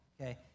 okay